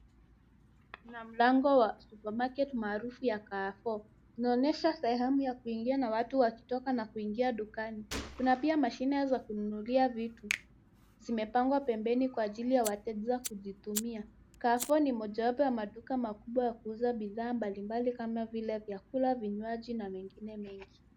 Kuna mlango wa supermarket maarufu ya Carrefour. Unaonyesha sehemu ya kuingia na watu wakitoka na kuingia dukani. Kuna pia mashine zakununulia vitu, zimepangwa pembeni kwa ajili ya wateja kuzitumia. Carrefour ni moja wapo ya maduka makubwa ya kuuza bidhaa mbalimbali kama vile vyakula, vinyaji na mengine mengi.